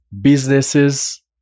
businesses